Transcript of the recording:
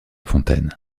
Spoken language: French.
fontaine